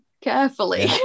carefully